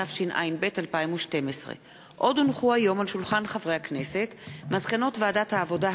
התשע"ב 2012. מסקנות ועדת העבודה,